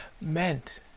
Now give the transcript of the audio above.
meant